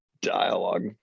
dialogue